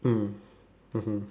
mm mmhmm